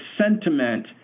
sentiment